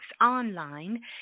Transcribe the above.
Online